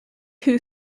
two